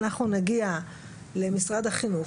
נגיע למשרד החינוך,